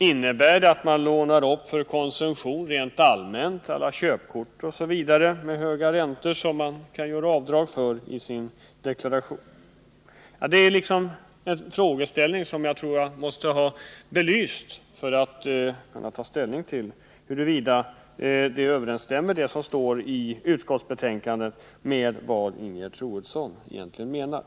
Innebär det att man lånar upp för konsumtion rent allmänt med hjälp av kreditkort och liknande med höga räntor som man kan göra avdrag för i sin deklaration? Det är en frågeställning som måste belysas om vi skall kunna ta ställning till huruvida det som står i utskottsbetänkandet överensstämmer med vad Ingegerd Troedsson egentligen menar.